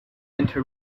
into